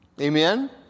Amen